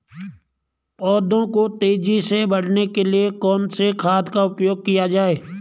पौधों को तेजी से बढ़ाने के लिए कौन से खाद का उपयोग किया जाए?